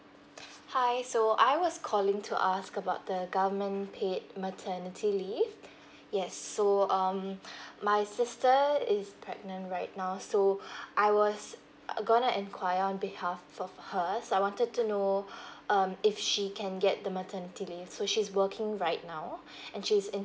hi so I was calling to ask about the government paid maternity leave yes so um my sister is pregnant right now so I was err gonna enquiry on behalf of her so I wanted to know um if she can get the maternity leave so she's working right now and she's in